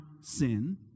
sin